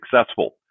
successful